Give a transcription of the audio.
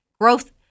Growth